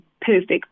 perfect